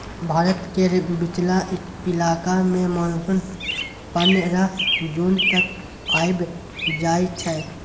भारत केर बीचला इलाका मे मानसून पनरह जून तक आइब जाइ छै